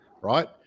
right